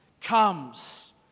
comes